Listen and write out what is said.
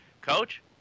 Coach